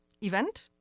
event